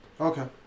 Okay